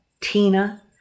Tina